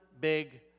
big